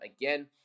Again